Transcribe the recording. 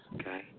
Okay